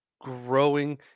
growing